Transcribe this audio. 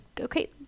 okay